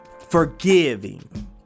forgiving